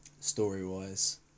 story-wise